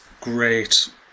great